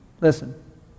Listen